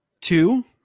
two